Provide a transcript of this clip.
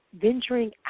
venturing